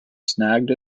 snagged